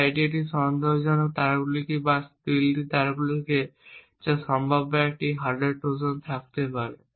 তাই এটি এই সন্দেহজনক তারগুলি বা স্টিলথি তারগুলি যা সম্ভাব্য একটি হার্ডওয়্যার ট্রোজান থাকতে পারে